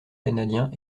canadiens